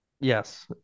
Yes